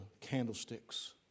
candlesticks